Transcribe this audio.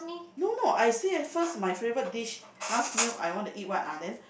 no no I said first my favourite dish last meal I want to eat what ah then